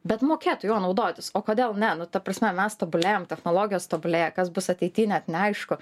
bet mokėtų juo naudotis o kodėl ne nu ta prasme mes tobulėjam technologijos tobulėja kas bus ateityje net neaišku